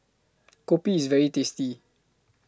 Kopi IS very tasty